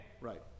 Right